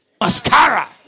mascara